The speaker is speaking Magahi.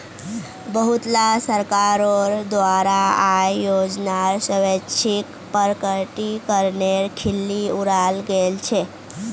बहुतला सरकारोंर द्वारा आय योजनार स्वैच्छिक प्रकटीकरनेर खिल्ली उडाल गेल छे